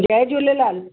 Jay Jhulelal